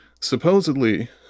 supposedly